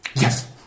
Yes